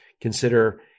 Consider